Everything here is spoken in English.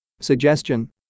Suggestion